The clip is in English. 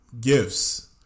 gifts